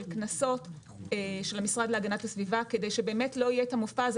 קנסות של המשרד להגנת הסביבה כדי שלא יהיה המופע הזה